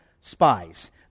spies